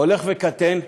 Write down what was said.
הולך וקטן.